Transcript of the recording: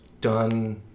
done